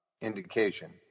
indication